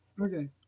Okay